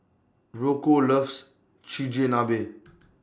Rocco loves Chigenabe